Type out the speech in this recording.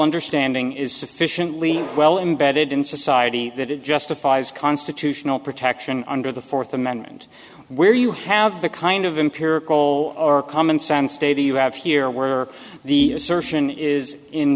understanding is sufficiently well embedded in society that it justifies constitutional protection under the fourth amendment where you have the kind of empirical or common sense data you have here where the assertion is in